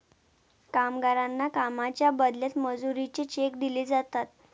कामगारांना कामाच्या बदल्यात मजुरीचे चेक दिले जातात